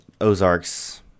Ozarks